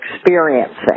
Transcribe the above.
experiencing